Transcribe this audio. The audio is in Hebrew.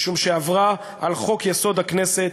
משום שעברה על חוק-יסוד: הכנסת,